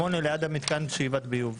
8, ליד מתקן שאיבת ביוב.